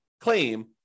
claim